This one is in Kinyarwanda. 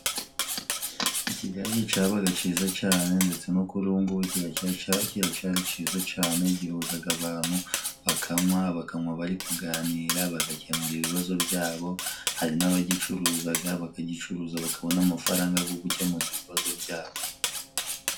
Ikigage cabaga ciza cane， ndetse no kuri ubu ciracari ciza cane， gihuzaga abantu bakanywa bari kuganira，bagakemura ibibazo byabo， hari n'abagicuruzaga，bakagicuruza， bakabona amafaranga go gukemura ibibazo byabo.